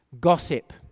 gossip